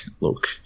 look